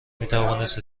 میتوانست